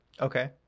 Okay